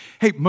Hey